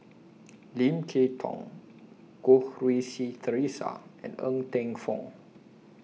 Lim Kay Tong Goh Rui Si Theresa and Ng Teng Fong